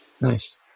Nice